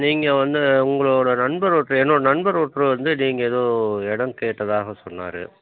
நீங்கள் வந்து உங்களோட நண்பர் ஒருத்தர் என்னோட நண்பர் ஒருத்தர் வந்து நீங்கள் ஏதோ இடம் கேட்டதாக சொன்னார்